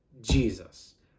Jesus